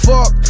Fuck